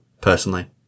personally